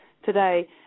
today